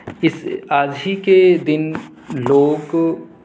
اس آج ہی کے دن لوگ